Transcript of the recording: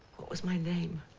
what was my name?